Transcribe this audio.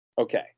Okay